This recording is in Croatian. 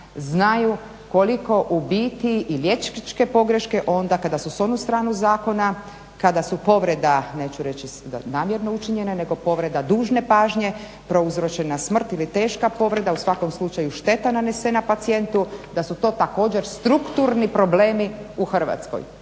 znaju koliko u biti i liječničke pogreške onda kada su s onu stranu zakona, kada su povreda neću reći namjerno učinjene nego povreda dužne pažnje, prouzročena smrt ili teška povreda u svakom slučaju šteta nanesena pacijentu, da su to također strukturni problemi u Hrvatskoj,